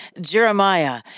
Jeremiah